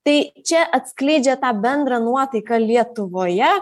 tai čia atskleidžia tą bendrą nuotaiką lietuvoje